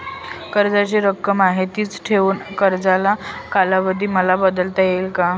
कर्जाची रक्कम आहे तिच ठेवून कर्जाचा कालावधी मला बदलता येईल का?